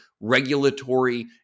regulatory